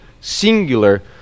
singular